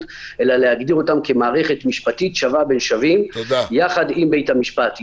אלא כמערכת משפטית שווה בין שווים יחד עם בתי-המשפט.